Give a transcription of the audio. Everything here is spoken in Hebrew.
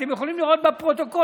אתם יכולים לראות בפרוטוקול,